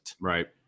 Right